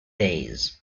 days